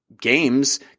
games